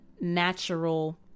natural